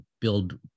build